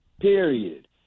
period